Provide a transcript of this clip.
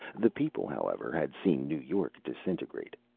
the people, however, had seen new york disintegrate,